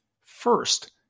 First